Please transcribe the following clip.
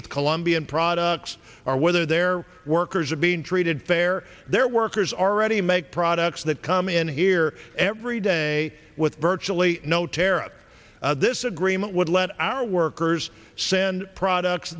with colombian products or whether their workers are being treated fair their workers are ready make products that come in here every day with virtually no tara this agreement would let our workers send products